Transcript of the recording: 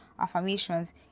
affirmations